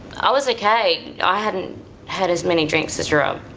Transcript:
i was okay, i hadn't had as many drinks as rob.